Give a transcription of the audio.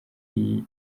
iyi